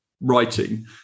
writing